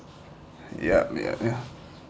yup yup ya